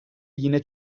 yine